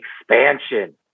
Expansion